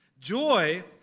Joy